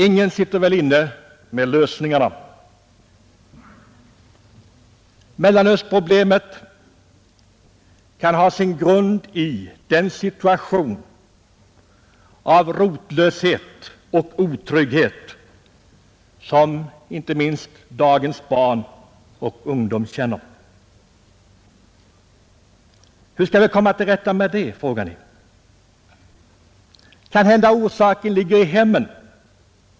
Ingen sitter väl inne med hela lösningarna. Mellanölsproblemet kan ha sin grund i den rotlöshet och otrygghet som inte minst dagens barn och ungdom känner. Kanhända orsaken ligger i hemmen.